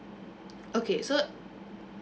okay so